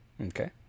okay